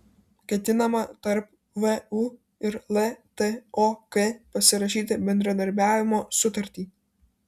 ketinama tarp vu ir ltok pasirašyti bendradarbiavimo sutartį